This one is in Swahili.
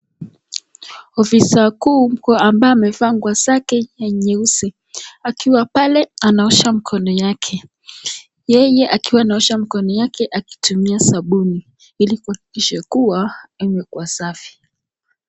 Ofisa mkuu ambaye amevaa nguo zake nyeusi , akiwa pale anaosha mkono yake . Yeye akiwa anaosha mkono yake akitumia sabuni ili kuhakikisha kuwa imekuwa safi.